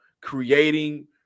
creating